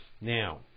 Now